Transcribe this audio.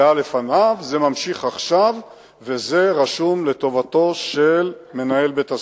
זה ממשיך עכשיו וזה רשום לטובתו של מנהל בית-הספר.